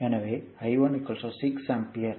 எனவே இது I1 6 ampere